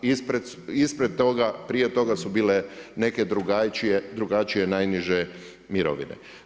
Ispred toga, prije toga su bile neke drugačije najniže mirovine.